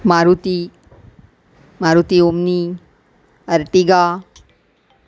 Maruti Maruti Omni Ertiga